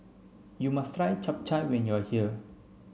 you must try Chap Chai when you are here